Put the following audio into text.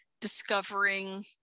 discovering